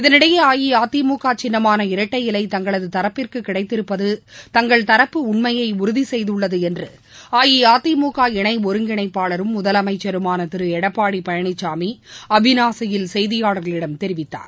இதனிடையே அஇஅதிமுக சின்னமான இரட்டை இலை தங்களது தரப்பிற்கு கிடைத்திருப்பது தங்கள் தரப்பு உண்மையை உறுதி செய்துள்ளது என்று அஇஅதிமுக இணை ஒருங்கிணைப்பாளரும் முதலமைச்சருமான திரு எடப்பாடி பழனிசாமி அவினாசியில் செய்தியாளர்களிடம் தெரிவித்துள்ளார்